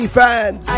fans